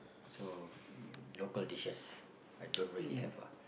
so local dishes I don't really have a